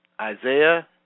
Isaiah